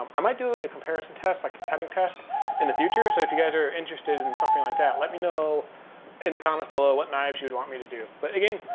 um i might do a comparison test, like a cutting test in the future. so if you guys are interested in something like that, let me know in the comments below what knives you would want me to do. but again,